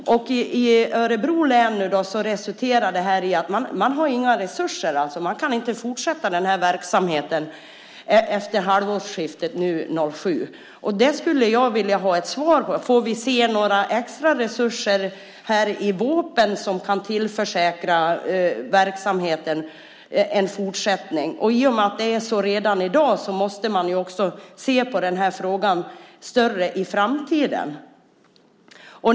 I Örebro län resulterar det här i att man inte har några resurser. Man kan inte fortsätta med den här verksamheten efter halvårsskiftet 2007. Och här skulle jag vilja ha ett svar. Får vi se några extraresurser i vårpropositionen som kan tillförsäkra verksamheten en fortsättning? Och i och med att det är så här redan i dag måste man ju också se på den här frågan större i framtiden.